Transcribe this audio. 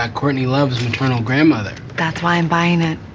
ah courtney love's maternal grandmother. that's why i'm buying it